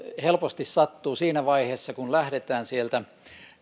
helposti sattuu siinä vaiheessa kun lähdetään sieltä